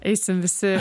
eisim visi